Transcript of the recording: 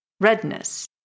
Redness